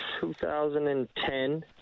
2010